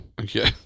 okay